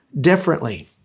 differently